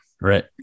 right